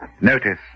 Notice